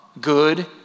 good